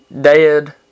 dead